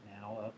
now